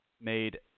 made –